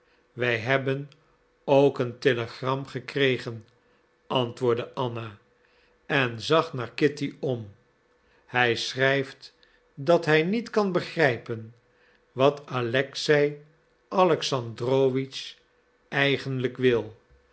wij hebben ook een telegram gekregen antwoordde anna en zag naar kitty om hij schrijft dat hij niet kan begrijpen wat alexei alexandrowitsch eigenlijk wil